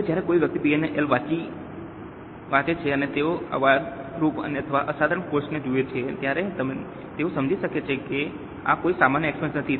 હવે જ્યારે કોઈ વ્યક્તિ P અને L વાંચે છે અને તેઓ અપવાદરૂપ અથવા અસાધારણ કોસ્ટ ને જુએ છે ત્યારે તેઓ સમજી શકશે કે આ કોઈ સામાન્ય એક્સપેન્સ નથી